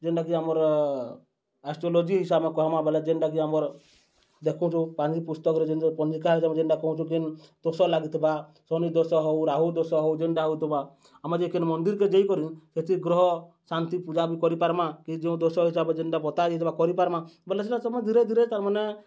ଯେନ୍ଟାକି ଆମର ଆଷ୍ଟ୍ରୋଲୋଜି ହିସାବରେ କହେମା ବେଲେ ଯେନ୍ଟାକି ଆମର୍ ଦେଖୁଚୁ ପାଞ୍ଜି ପୁସ୍ତକ୍ରେ ଯେନ୍ ଯେନ୍ ପଞ୍ଜିକା ହିସାବ୍ରେ ଯେନ୍ଟା କହୁଚୁ କେନ୍ ଦୋଷ ଲାଗିଥିବା ଶନି ଦୋଷ ହଉ ରାହୁ ଦୋଷ ହଉ ଯେନ୍ଟା ହଉଥିବା ଆମେ ଯେ କେନ୍ ମନ୍ଦିର୍କେ ଯାଇକରି ସେଥି ଗ୍ରହ ଶାନ୍ତି ପୂଜା ବି କରିପାର୍ମା କି ଯେନ୍ ଦୋଷ ହିସାବେ ଯେନ୍ଟା ବତା ଯାଇଥିବା କରିପାର୍ମା ବଲେ ସେଟା ଧୀରେ ଧୀରେ ତାର୍ମାନେ